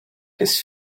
his